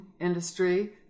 industry